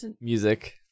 music